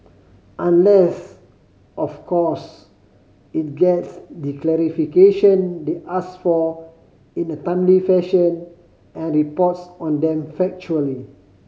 unless of course it gets the clarification they ask for in a timely fashion and reports on them factually